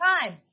time